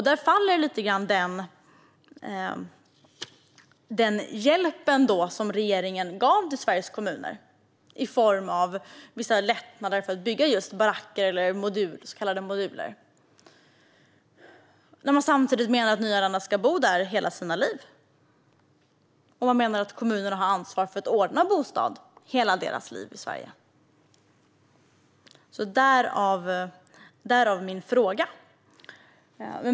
Där faller den hjälp som regeringen ger till Sveriges kommuner i form av vissa lättnader för att bygga baracker eller så kallade moduler, när man samtidigt menar att de nyanlända ska bo där hela livet. Dessutom menar man att kommunerna har ansvar för att ordna bostad till de nyanländas hela liv i Sverige. Därav min fråga.